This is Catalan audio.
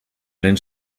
eren